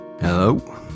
Hello